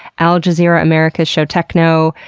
al jazeera america's show techknow,